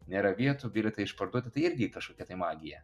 nėra vietų bilietai išparduoti tai irgi kažkokia tai magija